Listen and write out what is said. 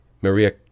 Maria